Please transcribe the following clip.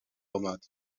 آمد